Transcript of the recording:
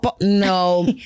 no